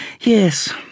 Yes